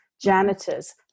janitors